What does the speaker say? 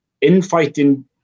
infighting